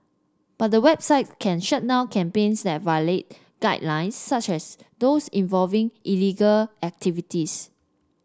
but the website can shut down campaigns that violate guidelines such as those involving illegal activities